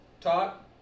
talk